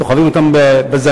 סוחבים אותם בזנב.